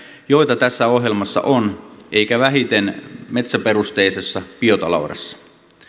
joita tässä ohjelmassa on eikä vähiten metsäperusteisessa biotaloudessa